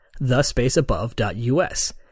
thespaceabove.us